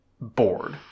bored